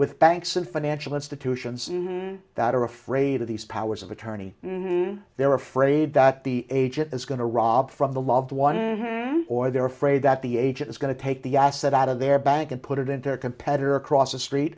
with banks and financial institutions that are afraid of these powers of attorney than they're afraid that the agent is going to rob from the loved one or they're afraid that the agent is going to take the asset out of their bank and put it into a competitor across the street